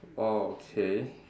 okay